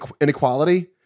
inequality